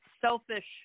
selfish